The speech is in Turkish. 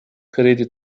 kredi